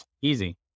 Easy